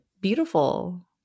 beautiful